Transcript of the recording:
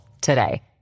today